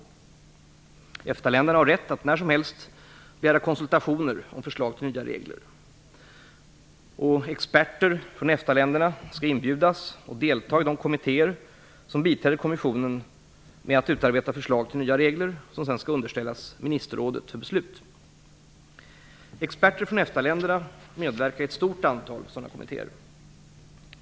EFTA länderna har rätt att när som helst begära konsultationer om förslag till nya regler. Experter från EFTA-länderna skall inbjudas att delta i de kommittéer som biträder kommissionen med att utarbeta förslag till nya regler som sedan skall underställas ministerrådet för beslut. Experter från EFTA-länderna medverkar i ett stort antal sådana kommittéer.